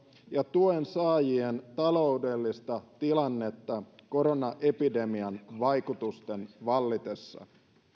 ja tuensaajien taloudellista tilannetta koronaepidemian vaikutusten vallitessa